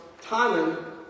Timon